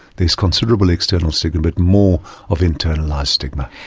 there is considerable external stigma, but more of internalised stigma.